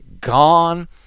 gone